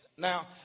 Now